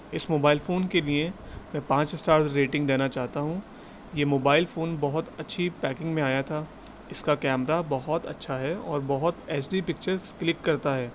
اس mobile phone کے لیے میں پانچ اسٹار ریٹنگ دینا چاہتا ہوں یہ موبائل فون بہت اچھی پیکنگ میں آیا تھا اس کا کیمرا بہت اچھا ہے اور بہت ایچ ڈی پکچرس کلک کرتا ہے